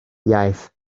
iaith